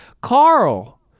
Carl